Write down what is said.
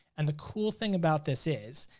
and the cool thing about this is,